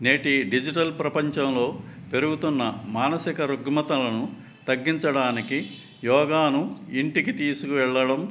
నేటి డిజిటల్ ప్రపంచంలో పెరుగుతున్న మానసిక రుగ్మతలను తగ్గించడానికి యోగాను ఇంటికి తీసుకువెళ్ళడం